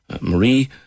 Marie